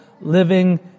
living